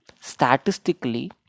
Statistically